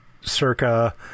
circa